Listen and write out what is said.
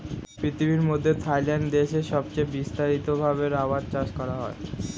পৃথিবীর মধ্যে থাইল্যান্ড দেশে সবচে বিস্তারিত ভাবে রাবার চাষ করা হয়